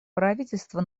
правительство